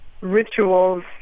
rituals